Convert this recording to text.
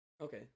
okay